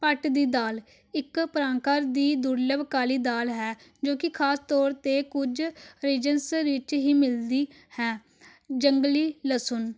ਭਟ ਦੀ ਦਾਲ ਇੱਕ ਪ੍ਰਕਾਰ ਦੀ ਦੁਰਲੱਭ ਕਾਲੀ ਦਾਲ ਹੈ ਜੋ ਕਿ ਖ਼ਾਸ ਤੌਰ 'ਤੇ ਕੁਝ ਰੀਜਨਸ ਵਿੱਚ ਹੀ ਮਿਲਦੀ ਹੈ ਜੰਗਲੀ ਲਸੁਨ